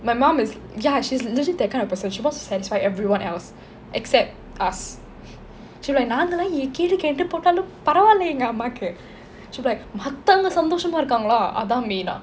my mum is ya she's legit that kind of person she wants to satisfy everyone else except us she will be like நாங்கெல்லாம் எக்கேடு கெட்டு போனாலும் பரவால்லே எங்க அம்மாக்கு:naangellam yekkedu kettu ponaalum paravalle enga ammaakku she will be like மத்தவங்க சந்தோசமா இருக்காங்களா அதான்:matthavanga santhoshama irukkaangala athaan main ah